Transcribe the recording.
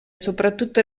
soprattutto